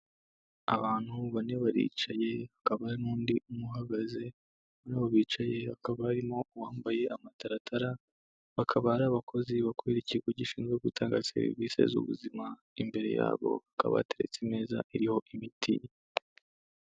Abantu bane baricaye hakaba hari n'undi uhagaze muri abo bicaye hakaba harimo uwambaye amataratara bakaba ari abakozi bakorera ikigo gishinzwe gutanga serivisi z'ubuzima, imbere ya bo bakaba hateretse imeza iriho imiti.